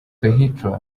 hitler